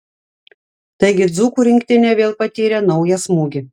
taigi dzūkų rinktinė vėl patyrė naują smūgį